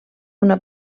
una